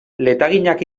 letaginak